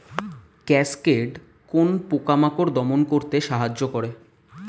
Cascade কোন পোকা মাকড় দমন করতে সাহায্য করে?